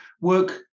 work